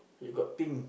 you got think